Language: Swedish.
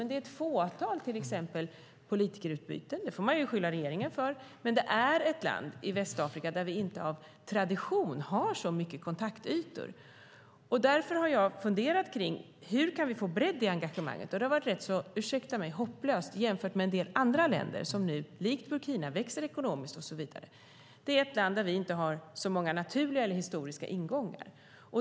Det sker bara ett fåtal politikerutbyten, och det får man ju skylla regeringen för. Det är ett land i Västafrika där vi av tradition inte har så mycket kontaktytor. Därför har jag funderat på hur vi kan få bredd i engagemanget. Det har varit ganska hopplöst - ursäkta mig! - i jämförelse med en del andra länder som nu likt Burkina växer ekonomiskt och så vidare. Det är ett land där vi inte har så många naturliga eller historiska ingångar.